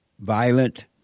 Violent